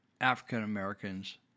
African-Americans